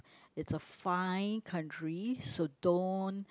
it's a fine country so don't